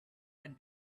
had